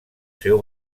seu